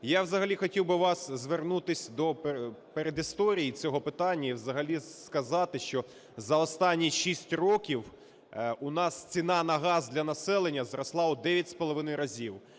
Я взагалі хотів би звернутись до передісторії цього питання і взагалі сказати, що за останні 6 років у нас ціна на газ для населення зросла у 9,5 разів,